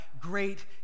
great